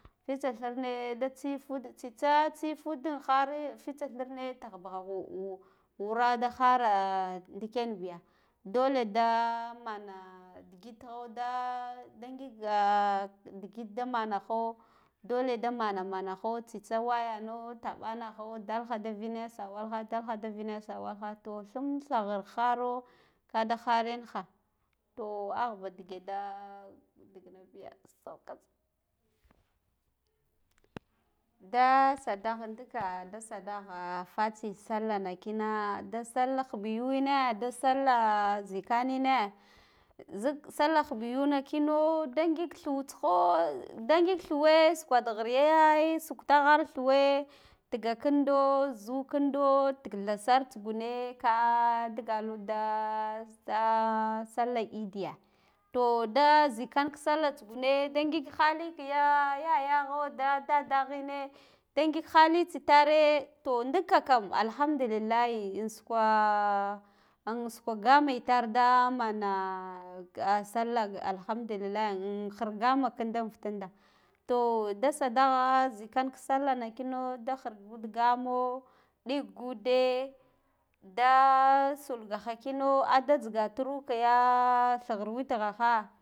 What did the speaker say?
Fitsa thirne da tsi ude tsitse tsaf udelikhare fitsa thirne tagh bakho wure da khara ndiken biya doleda mana digita da de ngila digit damana kho dole da man manakho tsitsa wayano dabanakho dalkha da vine swalkha dalkhe da vine sawalkha to thum thagherkharo gat kada kharin kha toh ava dige da diy na biya da sadagh ndikia da sada gha ah fatsi sallah na nika da sallah khubu yuw na da sallah zikan ine zik sallah tah ghub yau na kino ngik thuts kha nda ngile thuwe sukwa da ghriya sukta khar thuwe ntiga kindo zuu tel nvi ndo digthe ser ntsugune ka digal da ah sallah idiye toh da zikan sallah tsugune na ngik khali kiya ya ya gho da dade gine da ngik khali tsitare to ndik. Kem alhamdulillahi in sukwa in sukwa gama itar da mana sallah alhamdullilahi in ghir gama nda fi dandu to da sada gha zikan sallah na kino da ghasgut gamo ɗigude da sulga kha kinda ada jzika tunka ya thagar witgha kha.